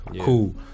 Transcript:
Cool